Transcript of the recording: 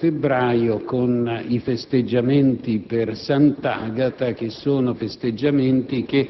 sia per la concomitanza della data del 4 febbraio con i festeggiamenti per Sant'Agata, che